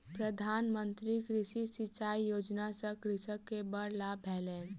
प्रधान मंत्री कृषि सिचाई योजना सॅ कृषक के बड़ लाभ भेलैन